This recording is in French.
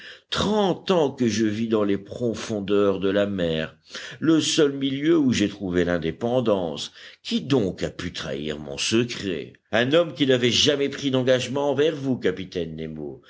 trente ans que je vis dans les profondeurs de la mer le seul milieu où j'aie trouvé l'indépendance qui donc a pu trahir mon secret un homme qui n'avait jamais pris d'engagement envers vous capitaine nemo